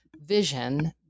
vision